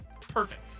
perfect